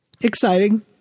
exciting